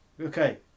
Okay